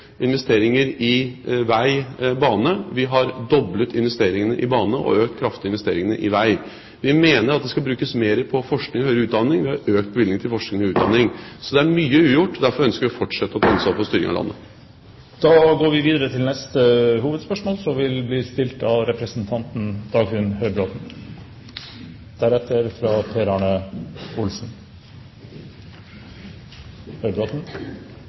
investeringer i vei/bane. Vi har doblet investeringene i bane og økt kraftig investeringene i vei. Vi mener at det skal brukes mer på forskning og høyere utdanning. Vi har økt bevilgningene til forskning og utdanning. Så det er mye ugjort, og derfor ønsker vi å fortsette å ta ansvar for styringen av landet. Vi går til neste hovedspørsmål.